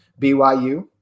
BYU